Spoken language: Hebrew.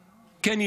כן,